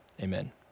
amen